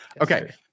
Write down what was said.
Okay